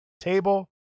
table